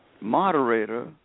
moderator